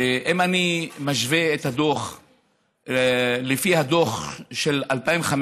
ואם אני משווה את הדוח לדוח של 2015,